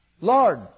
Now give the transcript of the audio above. Lord